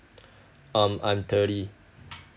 um I'm thirty